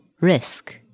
risk